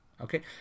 okay